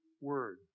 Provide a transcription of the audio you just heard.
word